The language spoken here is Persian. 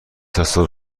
تصادف